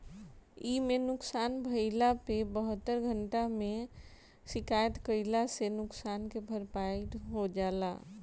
इमे नुकसान भइला पे बहत्तर घंटा में शिकायत कईला से नुकसान के भरपाई हो जाला